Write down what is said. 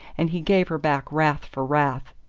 and he gave her back wrath for wrath.